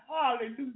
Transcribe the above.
Hallelujah